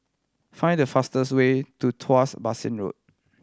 find the fastest way to Tuas Basin Road